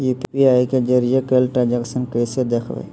UPI के जरिए कैल ट्रांजेक्शन कैसे देखबै?